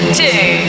two